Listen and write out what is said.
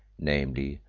namely,